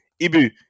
Ibu